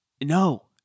no